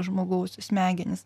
žmogaus smegenis